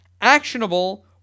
actionable